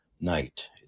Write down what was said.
night